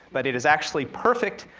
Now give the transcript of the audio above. but it is actually perfect,